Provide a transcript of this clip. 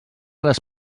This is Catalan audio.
les